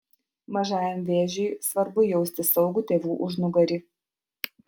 mažajam vėžiui svarbu jausti saugų tėvų užnugarį